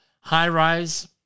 high-rise